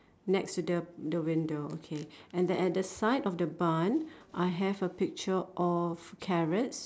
next to the the window okay and then at the side of the bun I have a picture of carrots